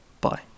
Bye